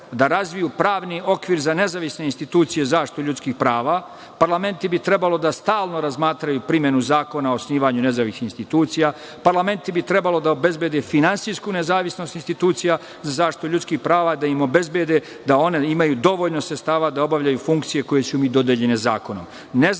da razviju pravni okvir za nezavisne institucije za zaštitu ljudskih prava, parlamenti bi trebalo da stalno razmatraju primenu zakona o osnivanju nezavisnih institucija, parlamenti bi trebalo da obezbede finansijsku nezavisnost institucija za zaštitu ljudskih prava, da im obezbede da imaju dovoljno sredstava da obavljaju funkcije koje će biti dodeljene zakone.